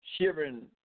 shivering